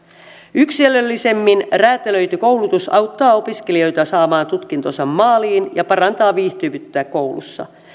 yksilöllisemmin räätälöity koulutus auttaa opiskelijoita saamaan tutkintonsa maaliin ja parantaa viihtyvyyttä koulussa